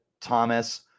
Thomas